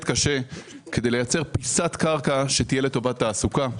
קשה כדי לייצר פיסת קרקע שתהיה לטובת תעסוקה.